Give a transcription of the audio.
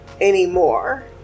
anymore